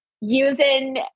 using